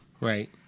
Right